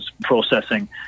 processing